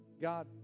God